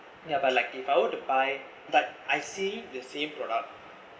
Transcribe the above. ya but like if I were to buy but I see the same product